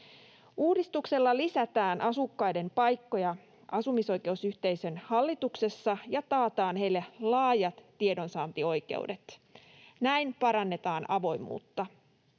Uudistuksella lisätään asukkaiden paikkoja asumisoikeusyhteisön hallituksessa ja taataan heille laajat tiedonsaantioikeudet. Näin parannetaan avoimuutta.